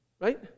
right